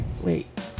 wait